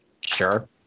Sure